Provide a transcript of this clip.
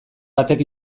batek